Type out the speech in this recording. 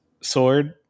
sword